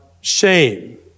shame